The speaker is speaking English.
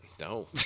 No